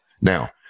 Now